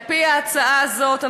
על-פי ההצעה הזאת,